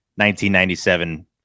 1997